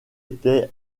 était